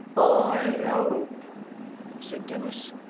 i hope said dennis,